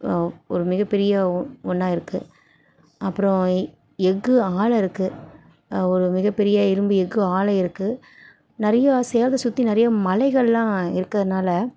ஒரு மிகப்பெரிய ஒ ஒன்றா இருக்குது அப்புறம் எஃகு ஆலை இருக்குது ஒரு மிகப்பெரிய இரும்பு எஃகு ஆலை இருக்குது நிறைய சேலத்தை சுற்றி நிறையா மலைகளெலாம் இருக்கிறனால